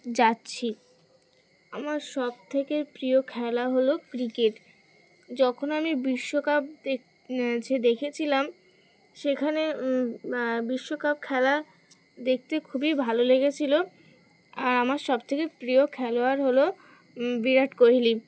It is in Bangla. যাচ্ছি আমার সবথেকে প্রিয় খেলা হলো ক্রিকেট যখন আমি বিশ্বকাপ যে দেখেছিলাম সেখানে বিশ্বকাপ খেলা দেখতে খুবই ভালো লেগেছিল আর আমার সবথেকে প্রিয় খেলোয়াড় হলো বিরাট কোহলি